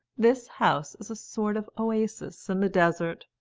this house is a sort of oasis in the desert.